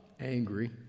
angry